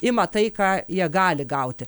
ima tai ką jie gali gauti